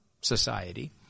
society